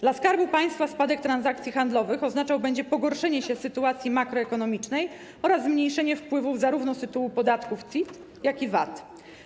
Dla Skarbu Państwa spadek transakcji handlowych będzie oznaczał pogorszenie się sytuacji makroekonomicznej oraz zmniejszenie wpływów zarówno z tytułu podatków CIT, jak i VAT.